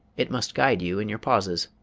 it must guide you in your pauses.